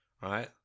Right